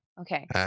okay